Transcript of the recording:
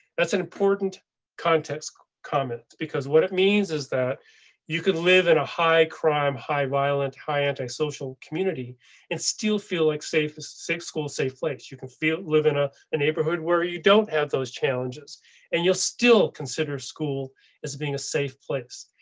that's an important context comments because what it means is that you could live in a high crime, high violent, high antisocial community and still feel like safest school safe place you can feel live in a and neighborhood where you don't have those challenges and you'll still consider school as being a safe place,